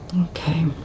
Okay